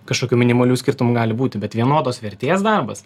kažkokių minimalių skirtumų gali būti bet vienodos vertės darbas